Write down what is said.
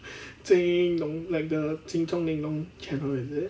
ching long like the ching chong ling long channel is it